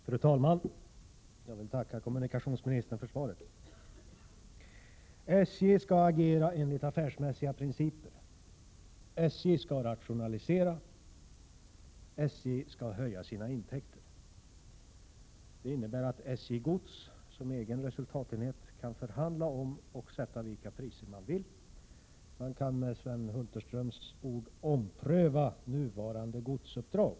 Fru talman! Jag vill tacka kommunikationsministern för svaret. SJ skall agera enligt affärsmässiga principer. SJ skall rationalisera. SJ skall höja sina intäkter. Det innebär att SJ Gods, som egen resultatenhet, kan förhandla om och sätta vilka priser man vill. Man kan, med Sven Hulterströms ord, ”ompröva nuvarande godsuppdrag”.